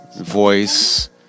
Voice